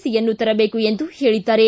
ಸಿಯನ್ನು ತರಬೇಕು ಎಂದು ಹೇಳಿದ್ದಾರೆ